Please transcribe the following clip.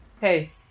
Hey